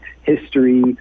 history